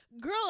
girl